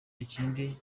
ikindi